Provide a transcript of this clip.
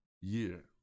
year